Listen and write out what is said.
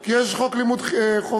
כי יש חוק לימוד חובה,